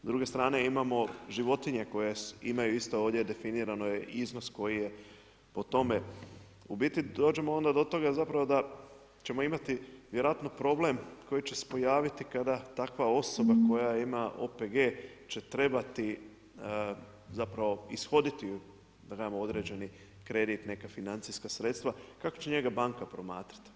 S druge strane imamo životinje koje imaju isto ovdje definirano je iznos koji je po tome u biti dođemo onda do toga da ćemo imati vjerojatno problem koji će se pojaviti kada takva osoba koja ima OPG će trebati ishoditi određeni kredit neka financijska sredstva, kako će njega banka promatrati.